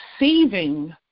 receiving